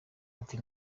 ati